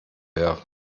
werfen